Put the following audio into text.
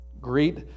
Greet